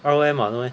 R_O_M [what] no meh